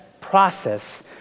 process